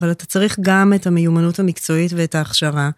אבל אתה צריך גם את המיומנות המקצועית ואת ההכשרה.